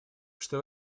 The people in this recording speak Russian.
что